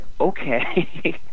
Okay